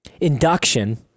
induction